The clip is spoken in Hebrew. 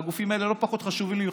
והגופים האלה לא פחות חשובים לי.